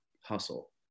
hustle